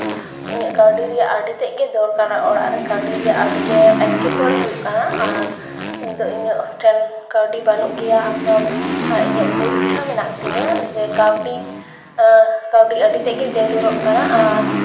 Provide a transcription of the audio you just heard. ᱤᱧᱟᱹᱜ ᱠᱟᱹᱣᱰᱤ ᱨᱮᱭᱟᱜ ᱟᱹᱰᱤ ᱛᱮᱫ ᱜᱮ ᱫᱚᱨᱠᱟᱨᱚᱜ ᱚᱲᱟᱜ ᱨᱮ ᱠᱟᱹᱣᱰᱤ ᱨᱮᱭᱟᱜ ᱟᱹᱰᱤ ᱜᱮ ᱮᱴᱠᱮᱴᱚᱬᱮ ᱦᱩᱭᱩᱜ ᱠᱟᱱᱟ ᱟᱨ ᱱᱤᱛᱳᱜ ᱤᱧ ᱴᱷᱮᱱ ᱠᱟᱹᱣᱰᱤ ᱵᱟᱹᱱᱩᱜ ᱜᱮᱭᱟ ᱜᱟ ᱤᱧᱟᱹᱜ ᱯᱚᱨᱤᱠᱠᱷᱟ ᱢᱮᱱᱟᱜ ᱛᱤᱧᱟᱹ ᱡᱮ ᱠᱟᱹᱣᱰᱤ ᱠᱟᱹᱣᱰᱤ ᱟᱹᱰᱤ ᱛᱮᱫ ᱜᱮ ᱡᱟᱹᱨᱩᱲᱚᱜ ᱠᱟᱱᱟ